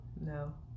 No